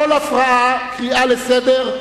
כל הפרעה, קריאה לסדר.